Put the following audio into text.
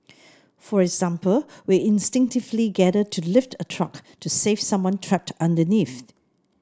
for example we instinctively gather to lift a truck to save someone trapped underneath